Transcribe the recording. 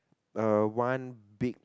uh one big